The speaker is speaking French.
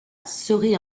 serait